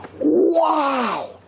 Wow